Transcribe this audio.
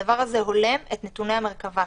הדבר הזה הולם את נתוני המרכב"ה.